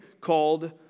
called